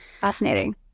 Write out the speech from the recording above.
fascinating